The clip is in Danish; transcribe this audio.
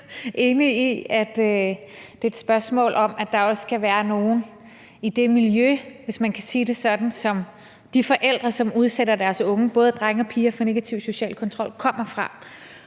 det er et spørgsmål om, at der også skal være nogen i det miljø, hvis man kan sige det sådan, som de forældre, som udsætter deres unge, både drenge og piger, for negativ social kontrol, kommer fra.